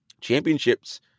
championships